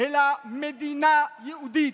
אלא כמדינה יהודית.